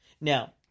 Now